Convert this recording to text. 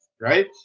right